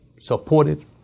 supported